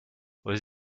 aux